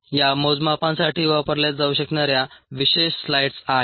या मोजमापांसाठी वापरल्या जाऊ शकणार्या विशेष स्लाईड्स आहेत